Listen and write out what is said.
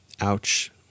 Ouch